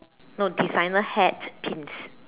no designer hat pins